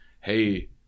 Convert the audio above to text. hey